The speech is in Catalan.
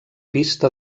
pista